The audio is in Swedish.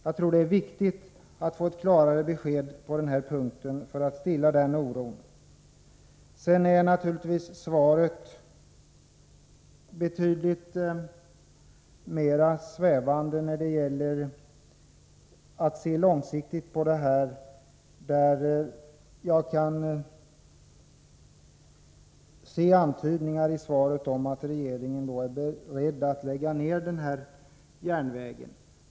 Jag tror att det är viktigt att man ger ett klarare besked på den här punkten, för att stilla oron hos lokalbefolkningen. Sedan är svaret betydligt mer svävande när det gäller järnvägstrafiken långsiktigt. Det antyds i svaret att regeringen är beredd att lägga ner den här järnvägen.